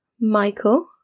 michael